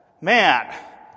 Man